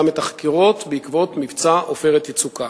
את החקירות בעקבות מבצע "עופרת יצוקה".